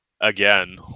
again